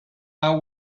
how